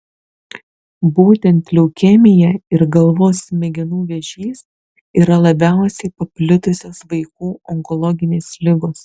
būtent leukemija ir galvos smegenų vėžys yra labiausiai paplitusios vaikų onkologinės ligos